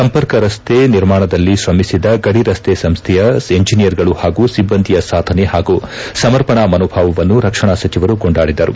ಸಂಪರ್ಕ ರಸ್ತೆ ನಿರ್ಮಾಣದಲ್ಲಿ ಶ್ರಮಿಸಿದ ಗಡಿ ರಸ್ತೆ ಸಂಸ್ಥೆಯ ಎಂಜನಿಯರ್ಗಳು ಪಾಗೂ ಸಿಬ್ಬಂದಿಯ ಸಾಧನೆ ಪಾಗೂ ಸಮರ್ಪಣಾ ಮನೋಭಾವವನ್ನು ರಕ್ಷಣಾ ಸಚಿವರು ಕೊಂಡಾಡಿದರು